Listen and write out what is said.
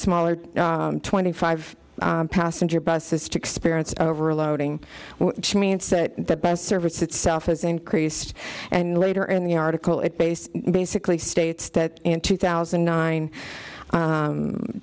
smaller twenty five passenger buses to experience of overloading which means that the bus service itself has increased and later in the article it base basically states that in two thousand and nine